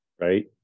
Right